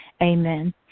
Amen